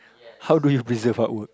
how do you preserve hard work